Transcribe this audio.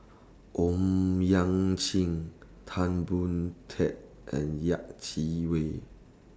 Owyang Chi Tan Boon Teik and Yeh Chi Wei